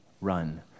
run